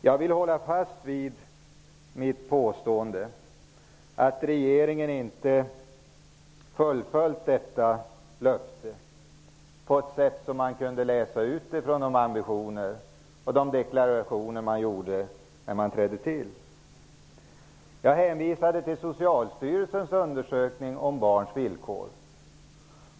Jag vill hålla fast vid mitt påstående att regeringen inte uppfyllt detta löfte på det sätt som kunde utläsas av de ambitioner som man hade och de deklarationer man gjorde. Jag hänvisade till Socialstyrelsens undersökning om barns villkor.